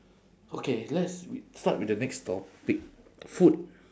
okay let's w~ start with the next topic food